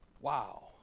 Wow